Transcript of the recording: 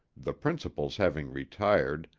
the principals having retired,